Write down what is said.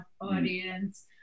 audience